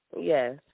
Yes